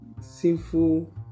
sinful